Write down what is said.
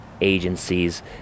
agencies